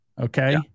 Okay